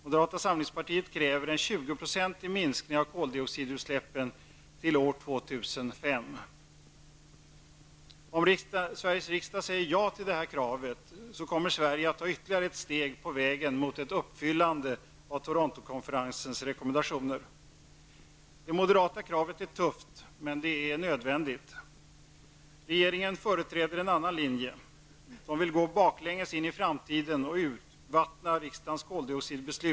Moderata samlingspartiet kräver en 20-procentig minskning av koldioxidutsläppen till år 2005. Om Sveriges riksdag säger ja till detta krav kommer Sverige att ta ytterligare ett steg på vägen mot ett uppfyllande av Torontokonferensens rekommendationer. Det moderata kravet är tufft, men det är nödvändigt. Regeringen företräder en annan linje. Den vill gå baklänges in i framtiden och urvattna riksdagens koldioxidbeslut.